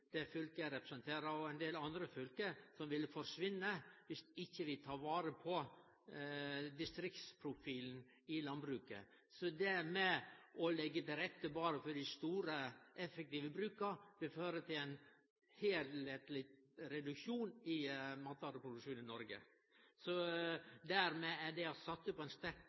det fylket eg representerer, og i ein del andre fylke, som vil forsvinne viss vi ikkje tek vare på distriktsprofilen i landbruket. Så det å leggje til rette berre for dei store, effektive bruka vil føre til en heilskapleg reduksjon i matvareproduksjonen i Noreg. Det som skal til for å oppfylle målsetjinga om auka matvareproduksjon i Noreg, er dermed å satse på